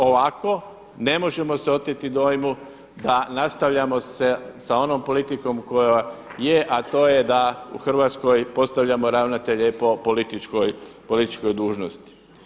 Ovako, ne možemo se oteti dojmu da nastavljamo sa onom politikom koja je, a to je da u Hrvatskoj postavljamo ravnatelje po političkoj dužnosti.